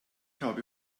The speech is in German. habe